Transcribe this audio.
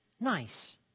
nice